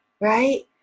right